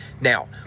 Now